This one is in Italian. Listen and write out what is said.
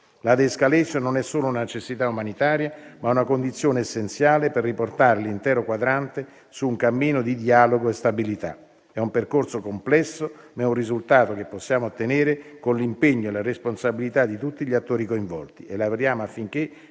La *de-escalation* non è solo una necessità umanitaria, ma è anche una condizione essenziale per riportare l'intero quadrante su un cammino di dialogo e stabilità. È un percorso complesso, ma è un risultato che possiamo ottenere con l'impegno e la responsabilità di tutti gli attori coinvolti. Lavoriamo affinché